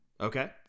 Okay